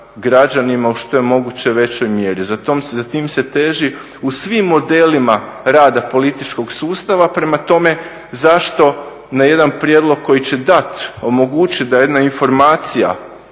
građanima u što je moguće većoj mjeri. Za tim se teži u svim modelima rada političkog sustava, prema tome zašto na jedan prijedlog koji će dati, omogućiti da jedna informacija